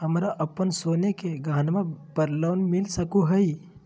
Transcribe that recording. हमरा अप्पन सोने के गहनबा पर लोन मिल सको हइ?